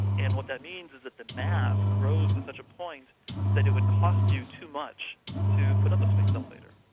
and what that means is that the mass grows to such a point that it would cost you too much to put up a space elevator.